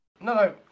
No